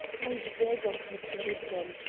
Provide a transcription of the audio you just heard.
i beg of you to listen,